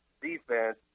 defense